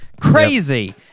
crazy